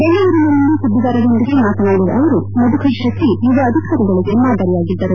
ಬೆಂಗಳೂರಿನಲ್ಲಿಂದು ಸುದ್ದಿಗಾರರೊಂದಿಗೆ ಮಾತನಾಡಿದ ಅವರು ಮಧುಕರ್ ಶೆಟ್ಟಿ ಯುವ ಅಧಿಕಾರಿಗಳಿಗೆ ಮಾದರಿಯಾಗಿದ್ದರು